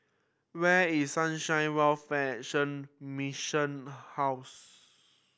where is Sunshine Welfare Action Mission House